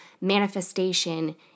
manifestation